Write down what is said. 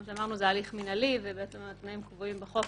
כמו שאמרנו, זה הליך מנהלי והתנאים קבועים בחוק.